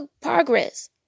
Progress